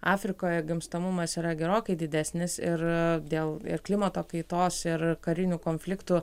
afrikoje gimstamumas yra gerokai didesnis ir dėl ir klimato kaitos ir karinių konfliktų